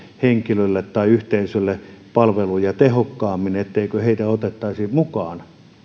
henkilölle tai yhteisölle palveluja tehokkaammin meillä ei ole niin etteikö heitä otettaisi mukaan